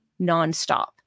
nonstop